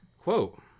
quote